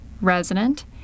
resident